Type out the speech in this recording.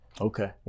Okay